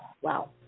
Wow